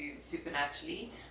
supernaturally